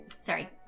Sorry